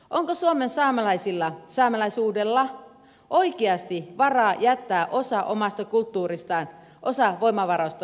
onko suomen saamelaisilla saamelaisuudella oikeasti varaa jättää osa omasta kulttuuristaan osa voimavaroistaan käyttämättä